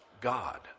God